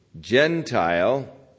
Gentile